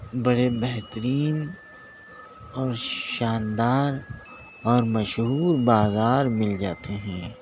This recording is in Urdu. بڑے بہترین اور شاندار اور مشہور بازار مل جاتے ہیں